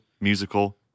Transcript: musical